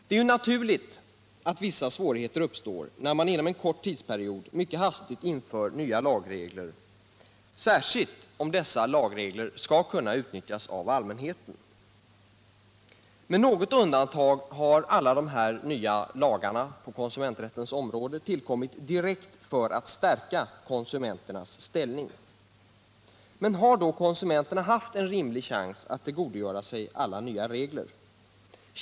Det är naturligt att vissa svårigheter uppstår när man inom en kort tidsperiod mycket hastigt inför nya lagregler, särskilt om dessa lagregler skall kunna utnyttjas av allmänheten. Med något undantag har alla de nya lagarna på konsumenträttens område tillkommit direkt för att stärka konsumenternas ställning. Har då konsumenterna haft en rimlig chans att tillgodogöra sig alla nya regler?